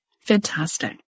Fantastic